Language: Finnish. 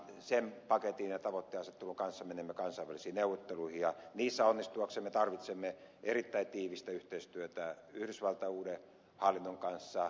sen paketin ja tavoitteenasettelun kanssa menemme kansainvälisiin neuvotteluihin ja niissä onnistuaksemme tarvitsemme erittäin tiivistä yhteistyötä yhdysvaltain uuden hallinnon kanssa